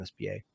MSBA